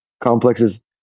complexes